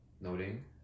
noting